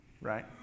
right